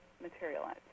materialize